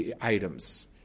items